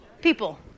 People